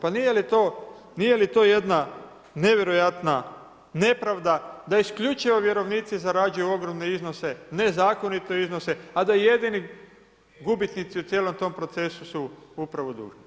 Pa nije li to jedna nevjerojatna nepravda da isključivo vjerovnici zarađuju ogromne iznose, nezakonite iznose, a da jedini gubitnici u cijelom tom procesu su upravo dužnici?